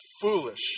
foolish